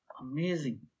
Amazing